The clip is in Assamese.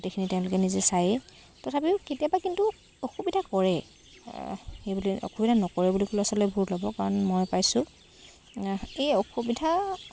গোটেইখিনি তেওঁলোকে নিজে চায়েই তথাপিও কেতিয়াবা কিন্তু অসুবিধা কৰেই সেইবুলি অসুবিধা নকৰে বুলি ক'লে আচলতে ভুল হ'ব কাৰণ মই পাইছোঁ এই অসুবিধা